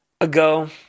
ago